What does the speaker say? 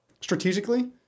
strategically